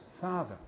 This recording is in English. Father